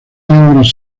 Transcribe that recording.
obras